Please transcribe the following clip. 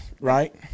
right